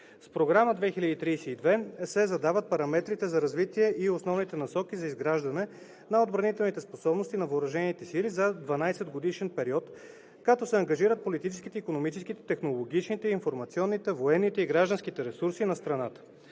С Програма 2032 се задават параметрите за развитие и основните насоки за изграждане на отбранителните способности на въоръжените сили за дванадесетгодишен период, като се ангажират политическите, икономическите, технологичните, информационните, военните и гражданските ресурси на страната.